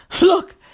Look